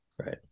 right